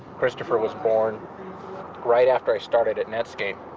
christopher was born right after i started at netscape,